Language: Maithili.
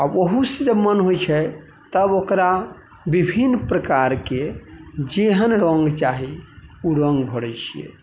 आओर ओहूसँ जब मन होइ छै तब ओकरा विभिन्न प्रकारके जेहन रङ्ग चाही उ रङ्ग भरै छियै